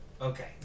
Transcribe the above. Okay